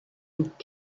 nick